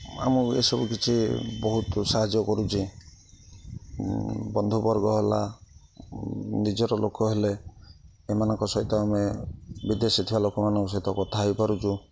ଆମକୁ ଏସବୁ କିଛି ବହୁତ ସାହାଯ୍ୟ କରୁଛି ବନ୍ଧୁବର୍ଗ ହେଲା ନିଜର ଲୋକ ହେଲେ ଏମାନଙ୍କ ସହିତ ଆମେ ବିଦେଶରେ ଥିବା ଲୋକମାନଙ୍କ ସହିତ କଥା ହେଇପାରୁଛୁ